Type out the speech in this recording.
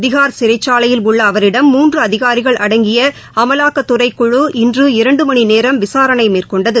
திகார் சிறைச்சாலையில் உள்ளஅவரிடம் மூன்றுஅதிகாரிகள் அடங்கியஅமலாக்கத்துறைக்குழு இன்று இரண்டுமணிநேரம் விசாரணைமேற்கொண்டது